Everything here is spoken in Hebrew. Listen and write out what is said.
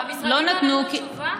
המשרדים לא נתנו תשובה?